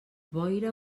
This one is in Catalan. boira